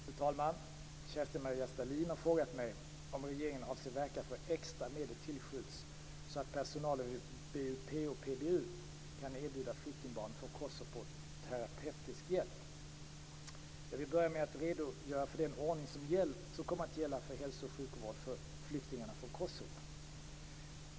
Fru talman! Kerstin-Maria Stalin har frågat mig om regeringen avser verka för att extra medel tillskjuts så att personalen vid BUP och PBU kan erbjuda flyktingbarnen från Kosovo terapeutisk hjälp. Jag vill börja med att redogöra för den ordning som kommer att gälla för hälso och sjukvård för flyktingarna från Kosovo.